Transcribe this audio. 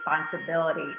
responsibility